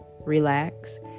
relax